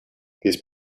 these